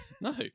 No